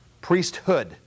priesthood